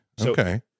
okay